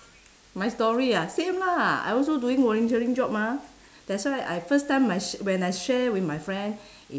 my story ah same ah I also doing volunteering job mah that's why I first time my sh~ when I share with my friend i~